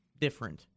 different